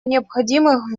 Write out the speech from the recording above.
необходимых